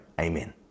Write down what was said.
Amen